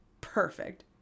Perfect